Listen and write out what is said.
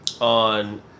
on